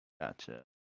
Gotcha